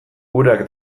urak